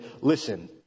listen